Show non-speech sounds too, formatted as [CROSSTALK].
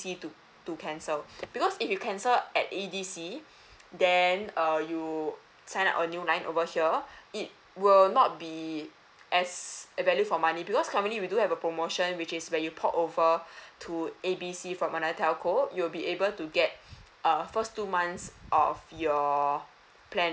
to cancel because if you cancel at E_D_C [BREATH] then uh you sign up a new line over here [BREATH] it will not be as value for money because currently we do have a promotion which is where you port over [BREATH] to A B C from another telco you will be able to get [BREATH] uh first two months of your plan